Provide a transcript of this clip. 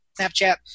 Snapchat